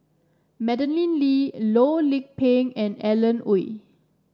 Madeleine Lee Loh Lik Peng and Alan Oei